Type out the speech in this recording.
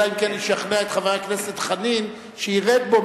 אלא אם כן ישכנע את חבר הכנסת חנין שיחזור בו,